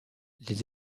les